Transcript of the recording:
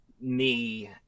me-